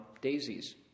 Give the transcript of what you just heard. daisies